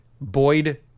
Boyd